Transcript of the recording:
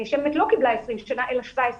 נאשמת, לא קיבלה 20 שנים אלא 17 שנים.